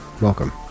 Welcome